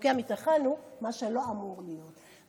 להוקיע מתוכנו מה שלא אמור להיות.